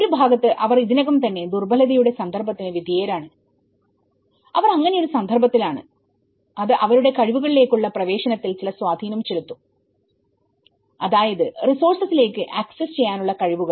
ഒരു ഭാഗത്തു അവർ ഇതിനകം തന്നെ ദുർബലതയുടെ സന്ദർഭത്തിന് വിധേയരാണ് അവർ അങ്ങനെയൊരു സന്ദർഭത്തിലാണ് അത് അവരുടെ കഴിവുകളിലേക്കുള്ള പ്രവേശനത്തിൽ ചില സ്വാധീനം ചെലുത്തും അതായത് റിസോഴ്സസിലേക്ക് ആക്സസ്സ്ചെയ്യാനുള്ള കഴിവുകൾ